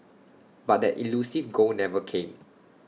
but that elusive goal never came